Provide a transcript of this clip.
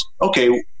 okay